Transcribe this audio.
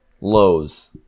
lows